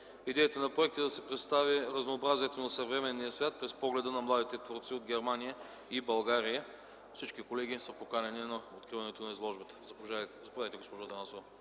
Идеята на проекта е да се представи разнообразието на съвременния свят през погледа на младите творци от Германия и България. Всички колеги са поканени на откриването на изложбата. Заповядайте, госпожо Атанасова.